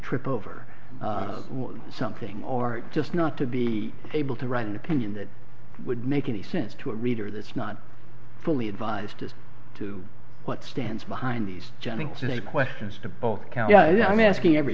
trip over something or just not to be able to write an opinion that would make any sense to a reader that's not fully advised just to what stands behind these gentle today questions to bulk out yeah i'm asking every